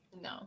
no